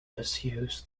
pursues